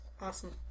Awesome